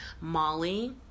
Molly